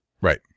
Right